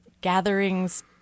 gatherings